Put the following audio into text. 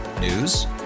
News